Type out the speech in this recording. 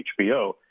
HBO